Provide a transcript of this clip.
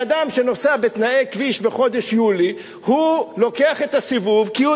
אדם שנוסע בתנאי כביש בחודש יולי לוקח את הסיבוב כי הוא